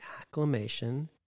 acclamation